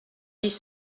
dix